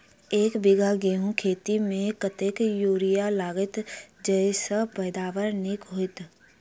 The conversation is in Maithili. एक बीघा गेंहूँ खेती मे कतेक यूरिया लागतै जयसँ पैदावार नीक हेतइ?